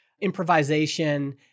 improvisation